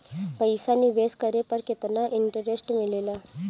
पईसा निवेश करे पर केतना इंटरेस्ट मिलेला?